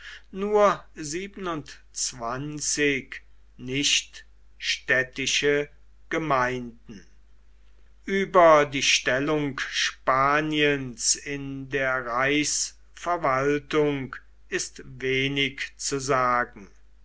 nachvespasianischen nicht vorgekommen über die stellung spaniens in der reichsverwaltung ist wenig zu sagen